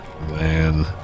man